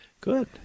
good